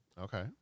Okay